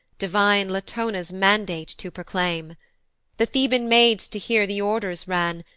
divine latona's mandate to proclaim the theban maids to hear the orders ran,